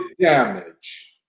damage